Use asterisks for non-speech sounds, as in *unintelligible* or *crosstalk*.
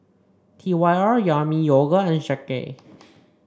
T Y R Yami Yogurt and *unintelligible* A